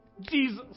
Jesus